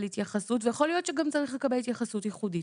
התייחסות ויכול להיות שגם צריך לקבל התייחסות ייחודית.